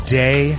day